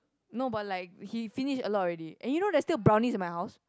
no but like he finish a lot already and you know there's still brownies in my house